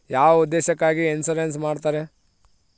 ಯಾವ ಉದ್ದೇಶಕ್ಕಾಗಿ ಇನ್ಸುರೆನ್ಸ್ ಮಾಡ್ತಾರೆ?